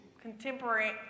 contemporary